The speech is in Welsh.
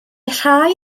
rhai